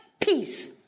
peace